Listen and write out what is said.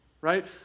right